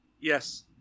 Yes